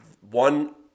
One